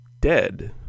dead